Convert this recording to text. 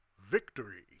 Victory